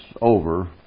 over